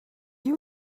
you